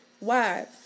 Wives